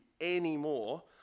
anymore